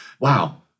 Wow